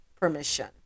permission